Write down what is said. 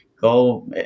Go